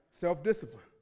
Self-discipline